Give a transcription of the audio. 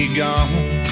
gone